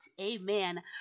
Amen